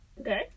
Okay